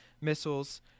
missiles